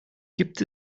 gibt